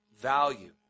value